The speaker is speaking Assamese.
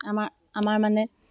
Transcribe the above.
আমাৰ আমাৰ মানে